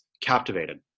captivated